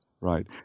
right